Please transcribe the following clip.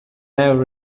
have